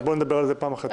אז בוא נדבר על זה פעם אחרת.